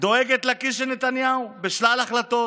דואגת לכיס של נתניהו בשלל החלטות.